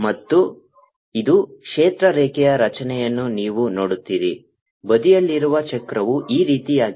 ಮತ್ತು ಇದು ಕ್ಷೇತ್ರ ರೇಖೆಯ ರಚನೆಯನ್ನು ನೀವು ನೋಡುತ್ತೀರಿ ಬದಿಯಲ್ಲಿರುವ ಚಕ್ರವು ಈ ರೀತಿಯಾಗಿದೆ